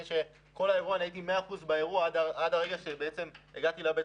אני הייתי מאה אחוזים באירוע עד הרגע שהגעתי לבית